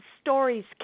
stories